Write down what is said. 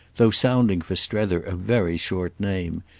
though sounding for strether a very short name,